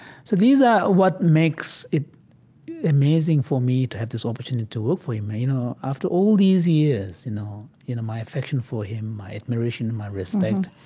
so these are what makes it amazing for me to have this opportunity to work for him. you know, after all these years, you know you know, my affection for him, my admiration and my respect,